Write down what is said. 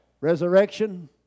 resurrection